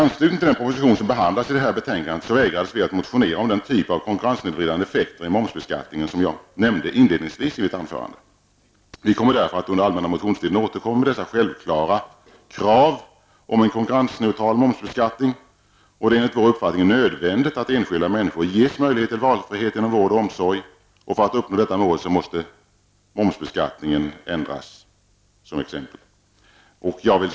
När det gäller den proposition som behandlas i detta betänkande vill jag framhålla att vi vägrades att motionera om den typ av konkurrenssnedvridande effekter i momsbeskattningen som jag nämnde inledningsvis i mitt anförande. Vi kommer därför att under den allmänna motionstiden återkomma med dessa självklara krav på en konkurrensneutral momsbeskattning. Det är enligt vår uppfattning nödvändigt att enskilda människor ges möjlighet till valfrihet inom vård och omsorg. För att vi skall kunna uppnå detta mål måste exempelvis momsbeskattningen ändras. Herr talman!